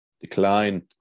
decline –